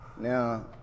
Now